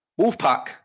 Wolfpack